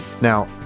Now